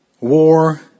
war